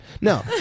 No